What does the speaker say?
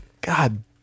God